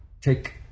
take